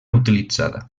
utilitzada